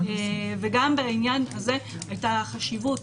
גם בעניין הזה את החשיבות,